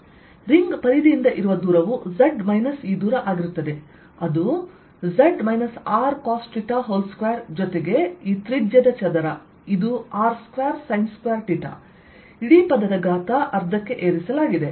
ring ಪರಿಧಿಯಿಂದ ಇರುವ ದೂರವು z ಮೈನಸ್ ಈ ದೂರ ಆಗಿರುತ್ತದೆ ಅದು z Rcos θ2ಜೊತೆಗೆ ಈ ತ್ರಿಜ್ಯದ ಚದರ ಇದು R2sin2θಇಡೀ ಪದದ ಘಾತ 12 ಕ್ಕೆ ಏರಿಸಲಾಗಿದೆ